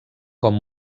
com